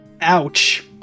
Ouch